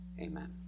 amen